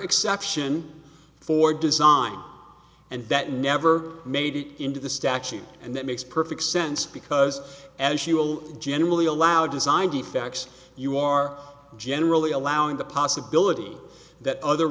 exception for design and that never made it into the statute and that makes perfect sense because as you will generally allow designed effects you are generally allowing the possibility that other